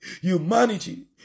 humanity